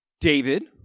David